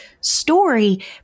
story